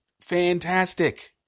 fantastic